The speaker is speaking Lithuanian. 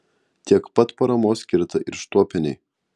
tiek pat paramos skirta ir štuopienei